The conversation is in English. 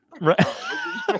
right